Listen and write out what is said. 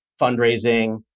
fundraising